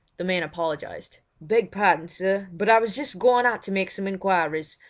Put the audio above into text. the man apologised beg pardon, sir, but i was just going out to make some enquiries.